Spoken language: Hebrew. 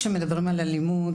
כאשר מדברים על אלימות,